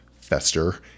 fester